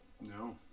No